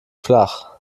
flach